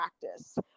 practice